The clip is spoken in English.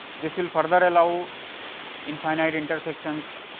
this will further allow infinite intersections,